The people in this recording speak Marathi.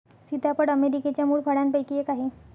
सीताफळ अमेरिकेच्या मूळ फळांपैकी एक आहे